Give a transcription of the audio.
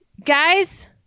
Guys